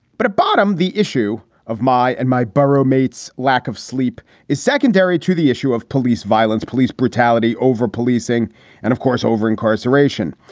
but at bottom, the issue of my and my burrow mate's lack of sleep is secondary to the issue of police violence, police brutality, overpolicing and, of course, over incarceration.